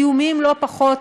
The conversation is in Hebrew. איומים לא פחות,